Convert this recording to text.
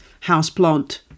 houseplant